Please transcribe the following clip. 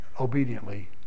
obediently